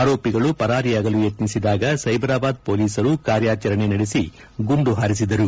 ಆರೋಪಿಗಳು ಪರಾರಿಯಾಗಲು ಯತ್ನಿಸಿದಾಗ ಸೈಬರಾಬಾದ್ ಪೊಲೀಸರು ಕಾರ್ಯಾಚರಣೆ ನಡೆಸಿ ಗುಂಡು ಹಾರಿಸಿದರು